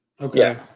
Okay